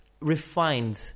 refined